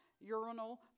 urinal